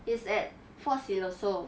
it's at fort siloso